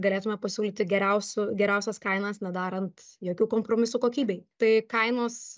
galėtume pasiūlyti geriausių geriausias kainas nedarant jokių kompromisų kokybei tai kainos